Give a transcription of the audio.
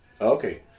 Okay